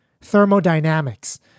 thermodynamics